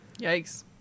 Yikes